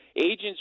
agents